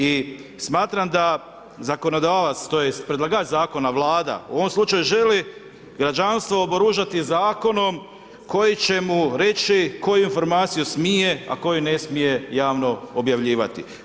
I smatram da zakonodavac, tj. predlagač zakona Vlada u ovom slučaju želi građanstvo oboružati zakonom koji će mu reći koju informaciju smije a koju ne smije javno objavljivati.